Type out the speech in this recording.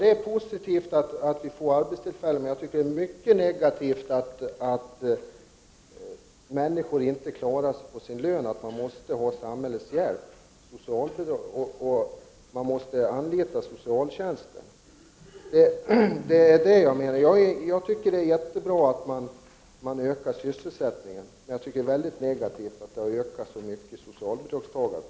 Det är positivt att det skapas arbetstillfällen, men det är mycket negativt att människor inte klarar sig på sin lön utan måste ha samhällets hjälp i form av socialbidrag. Det är alltså mycket bra att sysselsättningen ökar, men det är mycket negativt att antalet socialbidragstagare har ökat så mycket under 80-talet.